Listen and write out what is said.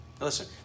Listen